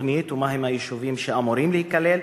בתוכנית ואילו יישובים אמורים להיכלל בה?